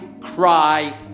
Cry